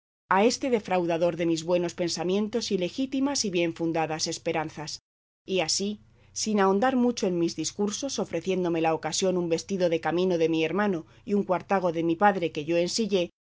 a este defraudador de mis buenos pensamientos y legítimas y bien fundadas esperanzas y así sin ahondar mucho en mis discursos ofreciéndome la ocasión un vestido de camino de mi hermano y un cuartago de mi padre que yo